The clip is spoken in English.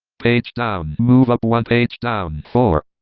page down, move up one, page down, four,